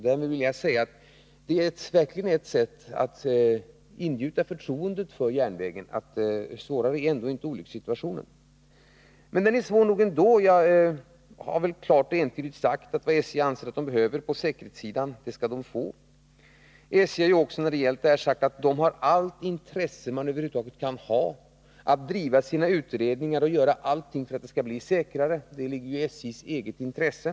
Det är ett sätt att ingjuta förtroende för järnvägen att konstatera att olyckssituationen inte är svårare än så. Men den är svår nog ändå. Jag har väl klart och entydigt sagt att vad SJ anser att man behöver på säkerhetssidan skall man få. SJ har också när det gäller detta sagt att man har allt intresse man över huvud taget kan ha för att driva sina utredningar och göra allt för att det skall bli säkrare. Det ligger i SJ:s eget intresse.